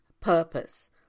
purpose